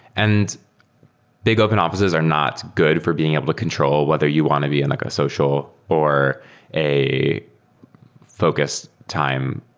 and big open offi ces are not good for being able to control whether you want to be in like a social or a focused time.